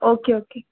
okay okay